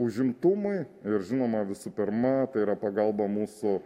užimtumui ir žinoma visų pirma tai yra pagalba mūsų